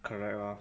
correct lor